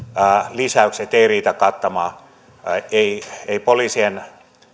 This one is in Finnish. lisäykset eivät riitä kattamaan poliisien